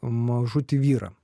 mažutį vyrą